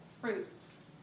fruits